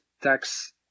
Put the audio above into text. tax